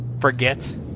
forget